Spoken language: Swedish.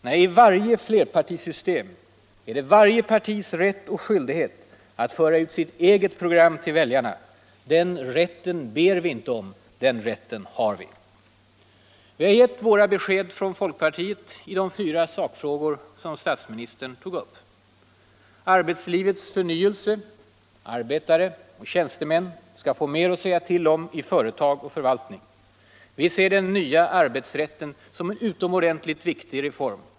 Nej, i varje flerpartisystem är det varje partis rätt och skyldighet att föra ut sitt eget program till väljarna. Den rätten ber vi inte om. Den rätten har vi. Folkpartiet har givit besked i de fyra sakfrågor som statsministern tog upp. Arbetslivets förnyelse: Arbetare och tjänstemän skall få mer att säga till om i företag och förvaltning. Vi ser den nya arbetsrätten som en utomordentligt viktig reform.